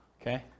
okay